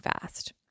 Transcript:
fast